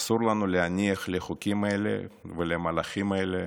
אסור לנו להניח לחוקים האלה ולמהלכים האלה,